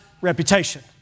reputation